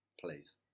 Please